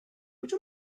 would